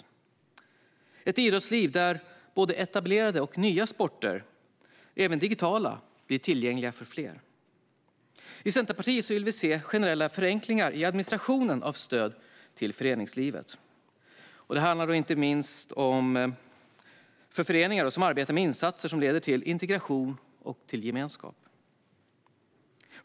Det ska vara ett idrottsliv där både etablerade och nya sporter, även digitala, blir tillgängliga för fler. Centerpartiet vill se generella förenklingar i administrationen av stöd till föreningslivet, inte minst för föreningar som arbetar med insatser som leder till integration och gemenskap.